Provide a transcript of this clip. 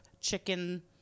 chicken